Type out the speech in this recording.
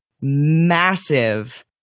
massive